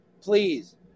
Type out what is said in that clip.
please